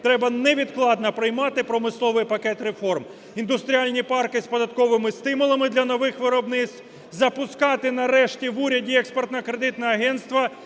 треба невідкладно приймати промисловий пакет реформ. Індустріальні парки з податковими стимулами для нових виробництв, запускати нарешті в уряді експортно-кредитне агентство